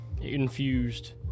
infused